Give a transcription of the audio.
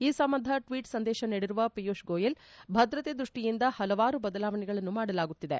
ಈ ಸಂಬಂಧ ಟ್ವೀಟ್ ಸಂದೇಶ ನೀಡಿರುವ ಪಿಯೂಷ್ ಗೋಯಲ್ ಭದ್ರತೆ ದೃಷ್ಟಿಯಿಂದ ಹಲವಾರು ಬದಲಾವಣೆಗಳನ್ನು ಮಾಡಲಾಗುತ್ತಿದೆ